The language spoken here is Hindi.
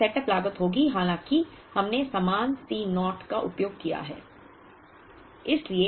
तो यह सेटअप लागत होगी हालांकि हमने समान C naught का उपयोग किया है